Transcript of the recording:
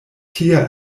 tiaj